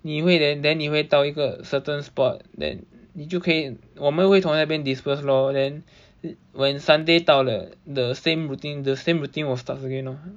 你会 then then 你会到一个 certain spot then 你就可以我们会从那边 disperse lor then when sunday 到了 the same routine the same routine will start again lor